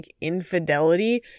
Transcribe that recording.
infidelity